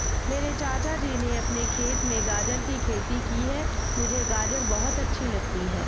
मेरे चाचा जी ने अपने खेत में गाजर की खेती की है मुझे गाजर बहुत अच्छी लगती है